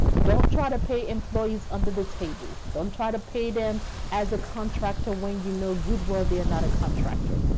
don't try to pay employees. under the table. don't try to pay them as a. contractor when you know good well they're not a contractor.